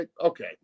Okay